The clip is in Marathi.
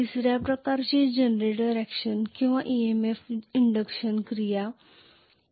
तिसऱ्या प्रकारची जनरेटर ऍक्शन किंवा EMF इंडक्शन क्रिया AC मशीनमध्ये होऊ शकते